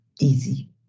easy